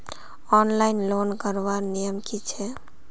Online loan करवार नियम की छे?